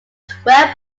twelve